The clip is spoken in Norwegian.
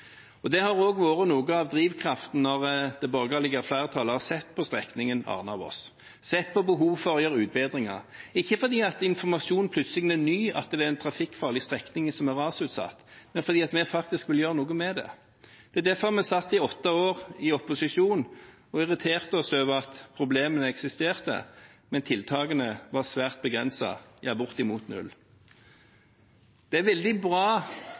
har også vært noe av drivkraften bak når det borgerlige flertallet har sett på strekningen Arna–Voss, sett på behovet for å gjøre utbedringer – ikke fordi informasjonen plutselig er ny, at dette er en trafikkfarlig strekning som er rasutsatt, men fordi vi faktisk vil gjøre noe med det. Det er derfor vi satt i åtte år i opposisjon og irriterte oss over at problemene eksisterte, men tiltakene var svært begrenset, ja bortimot null. Det er veldig bra